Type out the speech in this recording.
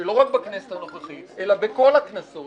שלא רק בכנסת הנוכחית אלא בכל הכנסות